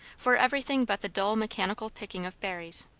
for everything but the dull mechanical picking of berries.